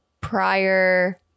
prior